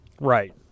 right